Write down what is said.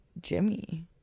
Jimmy